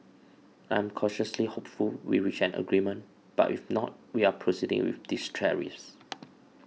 I'm cautiously hopeful we reach an agreement but if not we are proceeding with these tariffs